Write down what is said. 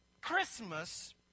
Christmas